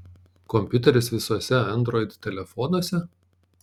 kompiuteris visuose android telefonuose